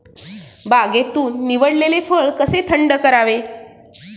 बागेतून निवडलेले फळ कसे थंड करावे?